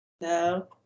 No